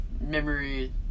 memory